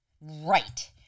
Right